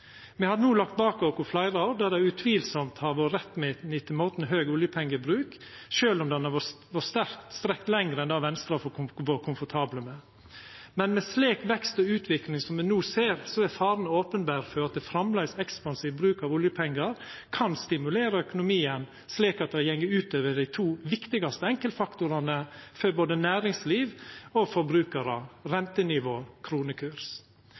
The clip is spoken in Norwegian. Me har no lagt bak oss fleire år der det utvilsamt har vore rett med ein etter måten høg oljepengebruk, sjølv om han har vore strekt lenger enn det Venstre har vore komfortabel med. Men med slik vekst og utvikling som me no ser, er faren openberr for at ein framleis ekspansiv bruk av oljepengar kan stimulera økonomien slik at det går ut over dei to viktigaste enkeltfaktorane for både næringsliv og forbrukarar: rentenivå og kronekurs.